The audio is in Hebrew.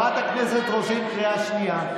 חברת הכנסת רוזין, קריאה שנייה.